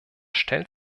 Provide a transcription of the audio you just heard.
stellt